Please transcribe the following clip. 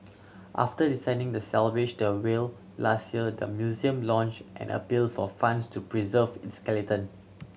after deciding to salvage the whale last year the museum launched an appeal for funds to preserve its skeleton